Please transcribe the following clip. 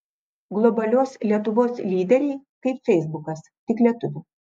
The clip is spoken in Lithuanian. globalios lietuvos lyderiai kaip feisbukas tik lietuvių